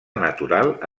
natural